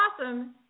awesome